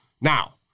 Now